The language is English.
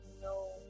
No